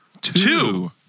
two